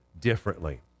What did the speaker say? differently